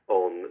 on